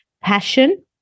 passion